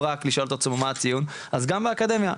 אז גם האקדמיה.